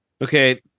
Okay